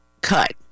cut